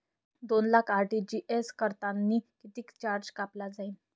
दोन लाख आर.टी.जी.एस करतांनी कितीक चार्ज कापला जाईन?